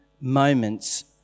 moments